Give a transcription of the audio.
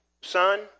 son